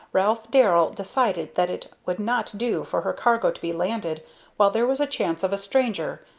ralph darrell decided that it would not do for her cargo to be landed while there was a chance of a stranger,